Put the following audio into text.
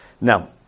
Now